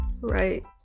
Right